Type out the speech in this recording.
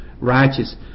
righteous